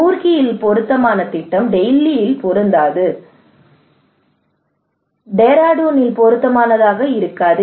ரூர்க்கியில் பொருத்தமான திட்டம் டெல்லியில் பொருந்தாது டெஹ்ராடூனில் பொருத்தமானதாக இருக்காது